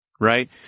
right